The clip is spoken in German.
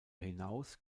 hinaus